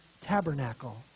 tabernacle